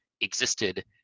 existed